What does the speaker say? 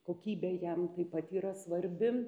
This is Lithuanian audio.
kokybė jam taip pat yra svarbi